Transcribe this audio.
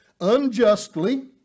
unjustly